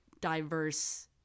diverse